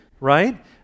right